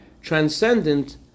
transcendent